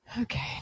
Okay